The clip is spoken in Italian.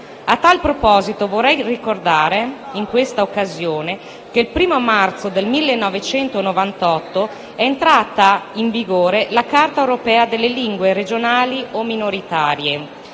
A tal proposito, vorrei ricordare in questa occasione che il primo marzo del 1998 è entrata in vigore la Carta europea delle lingue regionali o minoritarie,